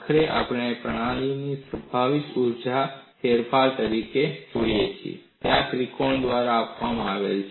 અને આખરે તમને પ્રણાલીની સંભવિત ઊર્જામાં ફેરફાર તરીકે જે મળે છે તે આ ત્રિકોણ દ્વારા આપવામાં આવે છે